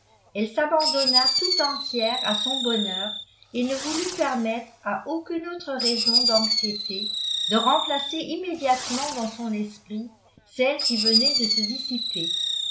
elle s'abandonna tout entière à son bonheur et ne voulut permettre à aucune autre raison d'anxiété de remplacer immédiatement dans son esprit celle qui venait de se dissiper